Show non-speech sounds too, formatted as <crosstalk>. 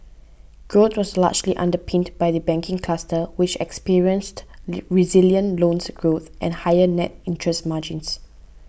growth was largely underpinned by the banking cluster which experienced <unintelligible> resilient loans growth and higher net interest margins